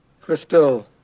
Crystal